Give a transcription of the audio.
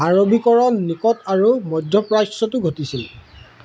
আৰবীকৰণ নিকট আৰু মধ্যপ্ৰাচ্যতো ঘটিছিল